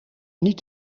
niet